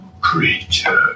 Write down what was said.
creature